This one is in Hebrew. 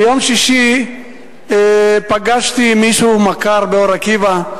ביום שישי פגשתי מישהו, מכר, באור-עקיבא.